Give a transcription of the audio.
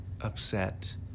upset